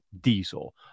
diesel